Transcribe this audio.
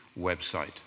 website